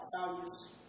Values